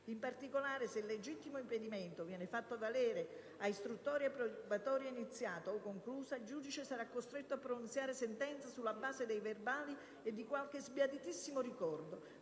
In particolare, se il legittimo impedimento viene fatto valere a istruttoria probatoria iniziata o conclusa, il giudice sarà costretto a pronunciare sentenza sulla base dei verbali e di qualche sbiaditissimo ricordo,